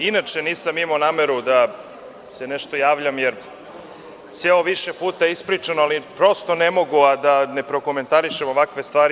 Inače nisam imao nameru da se nešto javljam jer je sve ovo više puta ispričano, ali prosto ne mogu a da ne prokomentarišem ovakve stvari.